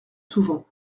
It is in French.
souvent